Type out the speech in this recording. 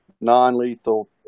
non-lethal